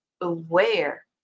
aware